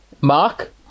Mark